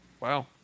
Wow